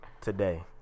today